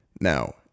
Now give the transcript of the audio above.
Now